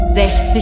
60